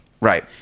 Right